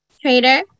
Trader